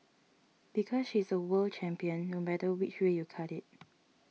because she's a world champion no matter which way you cut it